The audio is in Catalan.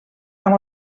amb